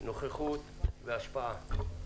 עם נוכחות והשפעה בכנסת.